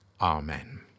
Amen